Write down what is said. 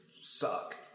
suck